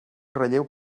relleu